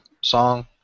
song